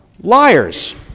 liars